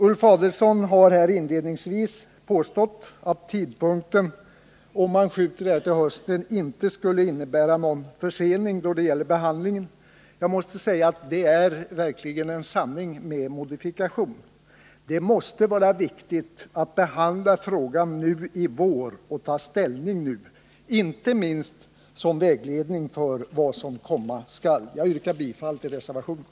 Ulf Adelsohn har inledningsvis påstått att om man skjuter denna fråga till hösten skulle det inte innebära någon försening i behandlingen. Jag måste säga att det är en sanning med modifikation. Det måste vara viktigt att behandla frågan nu i vår och ta ställning, inte minst som vägledning för vad som komma skall. Jag yrkar bifall till reservationen.